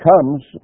comes